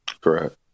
Correct